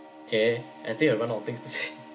eh I think I run out of things to say